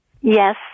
Yes